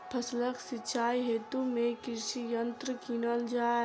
फसलक सिंचाई हेतु केँ कृषि यंत्र कीनल जाए?